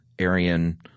aryan